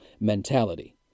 mentality